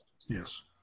Yes